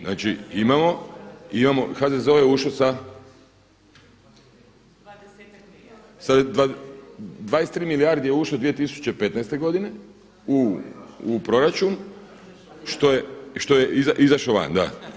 Znači, imamo HZZO je ušao sa? [[Upadica: sa 20 milijardi.]] Sa 23 milijardi je ušao 2015. godine u proračun što je izašao van.